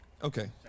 Okay